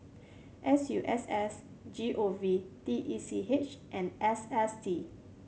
S U S S G O V T E C H and S S T